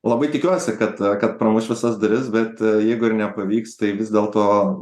labai tikiuosi kad kad pramuš visas duris bet jeigu ir nepavyks tai vis dėlto